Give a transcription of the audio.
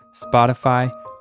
Spotify